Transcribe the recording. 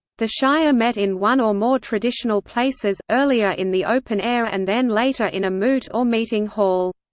the shire met in one or more traditional places, earlier in the open air and then later in a moot or meeting hall.